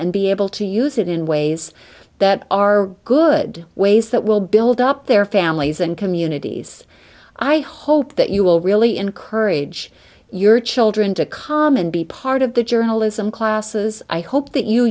and be able to use it in ways that are good ways that will build up their families and communities i hope that you will really encourage your children to calm and be part of the journalism classes i hope that you